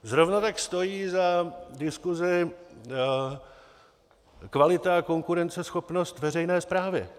Zrovna tak stojí za diskusi kvalita a konkurenceschopnost veřejné správy.